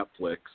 Netflix